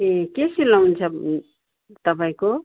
ए के सिलाउनु छ तपाईँको